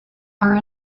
are